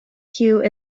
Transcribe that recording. queue